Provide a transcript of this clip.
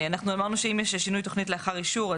שאם יש שינוי תכנית לאחר אישור,